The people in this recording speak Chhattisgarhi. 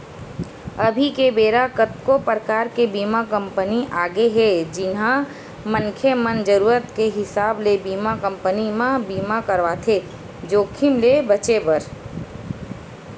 अभी के बेरा कतको परकार के बीमा कंपनी आगे हे जिहां मनखे मन जरुरत के हिसाब ले बीमा कंपनी म बीमा करवाथे जोखिम ले बचें बर